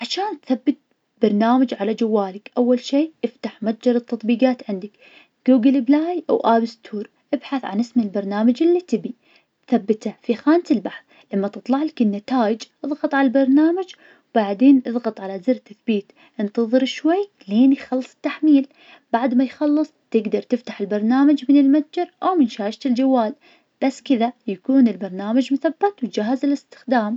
عشان تثبت برنامج على جوالك, أول شي, افتح متجر التطبيقات عندك, جوجل بلاي أو آب ستور, ابحث عن اسم البرنامج اللي تبي تثبته في خانة البحث, لما تطلع لك النتايج, اضغط عالبرنامج, وبعدين اضغط على زر تثبيت, انتظر شوي لين يخلص التحميل, بعد ما يخلص تقدر تفتح البرنامج من المتجر أو من شاشة الجوال, بس كذا يكون البرنامج مثبت, وجاهز للاستخدام.